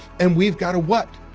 and we've got to what?